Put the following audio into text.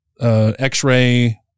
x-ray